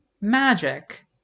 magic